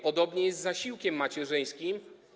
Podobnie jest z zasiłkiem macierzyńskim.